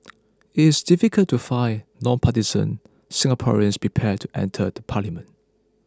it is difficult to find non partisan Singaporeans prepared to enter the parliament